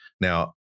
Now